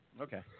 Okay